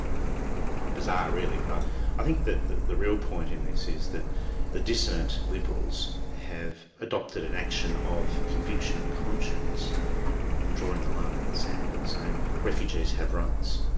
and quite bizarre really. but i think that the the real point in this is that the dissident liberals have adopted an action of conviction and conscience in drawing the line in the sand and saying refugees have rights,